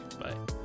bye